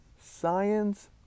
Science